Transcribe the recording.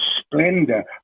splendor